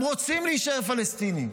הם רוצים להישאר פלסטינים,